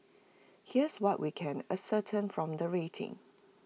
here's what we can ascertain from the rating